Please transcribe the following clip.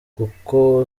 koko